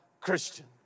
Christian